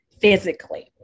physically